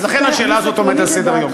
אז לכן השאלה הזאת עומדת על סדר-היום.